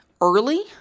early